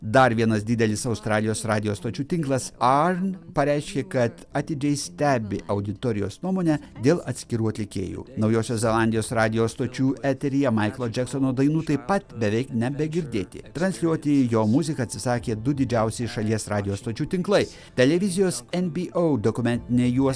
dar vienas didelis australijos radijo stočių tinklas an pareiškė kad atidžiai stebi auditorijos nuomonę dėl atskirų atlikėjų naujosios zelandijos radijo stočių eteryje maiklo džeksono dainų taip pat beveik nebegirdėti transliuoti jo muziką atsisakė du didžiausi šalies radijo stočių tinklai televizijos nbo dokumentinė juosta